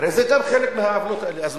הרי גם זה חלק מהעוולות האלה.